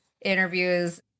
interviews